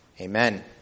Amen